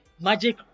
magic